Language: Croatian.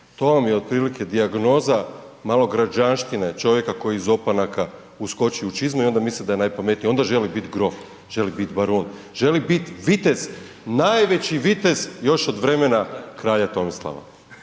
to vam je otprilike dijagnoza malograđanštine, čovjeka koji je iz opanaka uskočio u čizme i onda misli da je najpametniji i onda želi biti grof, želi bit barun, želi bit vitez, najveći vitez još od vremena Kralja Tomislava.